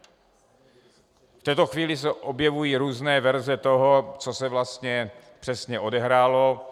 V této chvíli se objevují různé verze toho, co se vlastně přesně odehrálo.